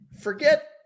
forget